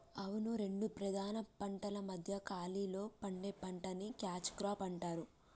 అవును రెండు ప్రధాన పంటల మధ్య ఖాళీలో పండే పంటని క్యాచ్ క్రాప్ అంటారు